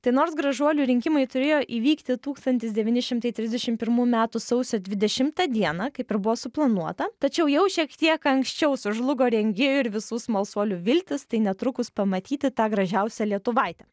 tai nors gražuolių rinkimai turėjo įvykti tūkstantis devyni šimtai trisdešimt pirmų metų sausio dvidešimtą dieną kaip ir buvo suplanuota tačiau jau šiek tiek anksčiau sužlugo rengėjų ir visų smalsuolių viltys tai netrukus pamatyti tą gražiausią lietuvaitę